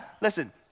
Listen